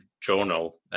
journal